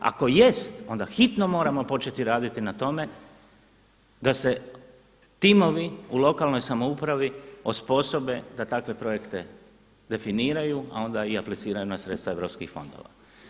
Ako jest, onda hitno moramo početi raditi na tome da se timovi u lokalnoj samoupravi osposobe da takve projekte definiraju, a onda i apliciraju na sredstva EU fondova.